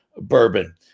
bourbon